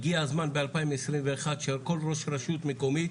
הגיע הזמן ב-2021 שכל ראש רשות מקומית